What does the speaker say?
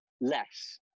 less